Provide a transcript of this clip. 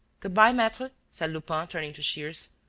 good-bye, maitre, said lupin, turning to shears.